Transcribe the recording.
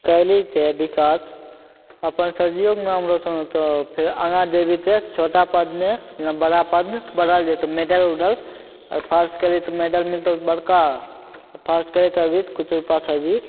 कएलही तऽ विकास अपन सरजिओके नाम रोशन होतौ फेर आगाँ जएबही तऽ छोटा पदमे जेना बड़ा पद बढ़ल जएतौ मेडल उडल फर्स्ट कएलही तऽ मेडल मिलतौ बड़का फर्स्ट करैत रहबही तऽ किछु रुपा सब भी